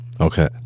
Okay